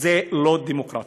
זה לא דמוקרטיה.